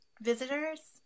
visitors